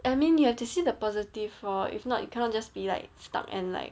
I mean you have to see the positive for if not you cannot just be like stuck and like